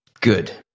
Good